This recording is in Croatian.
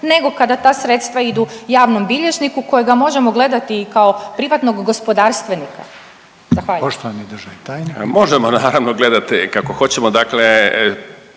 nego kada ta sredstva idu javnom bilježniku kojega možemo gledati i kao privatnog gospodarstvenika? Zahvaljujem. **Reiner, Željko (HDZ)**